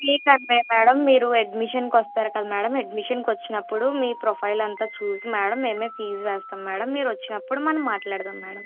fee అంటే madam మీరు అడ్మిషన్కి వస్తారు కదా మేడం అడ్మిషన్కి వచ్చినప్పుడు మీ ప్రొఫైల్ అంతా చూసి మేడం మేము ఫీజు వేస్తాం మేడం మీరు వచ్చినప్పుడు మనం మాట్లాడుదాం మేడం